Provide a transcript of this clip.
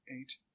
eight